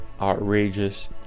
outrageous